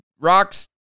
rocks